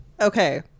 Okay